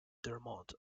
dermot